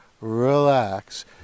relax